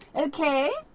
ok.